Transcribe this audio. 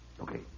okay